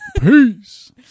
Peace